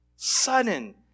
Sudden